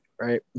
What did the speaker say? right